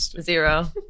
Zero